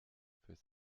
fürs